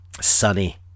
sunny